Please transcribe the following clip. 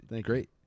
great